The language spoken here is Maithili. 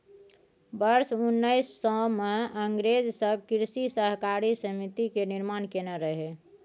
वर्ष उन्नैस सय मे अंग्रेज सब कृषि सहकारी समिति के निर्माण केने रहइ